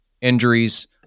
injuries